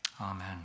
Amen